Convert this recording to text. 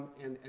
and and